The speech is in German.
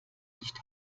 nicht